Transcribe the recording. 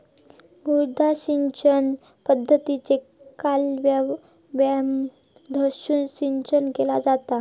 मड्डा सिंचन पद्धतीत कालव्यामधसून सिंचन केला जाता